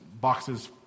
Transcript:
boxes